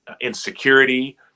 insecurity